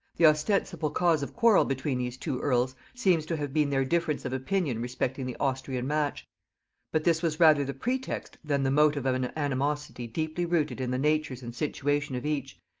the ostensible cause of quarrel between these two earls seems to have been their difference of opinion respecting the austrian match but this was rather the pretext than the motive of an animosity deeply rooted in the natures and situation of each,